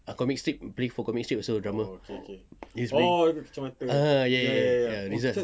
comic strip play for comic strip also drummer ah ya ya ya rizal